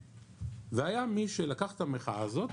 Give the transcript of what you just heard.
והיה מי שלקח את המחאה הזאת